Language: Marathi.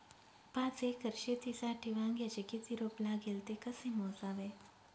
पाच एकर शेतीसाठी वांग्याचे किती रोप लागेल? ते कसे मोजावे?